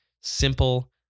simple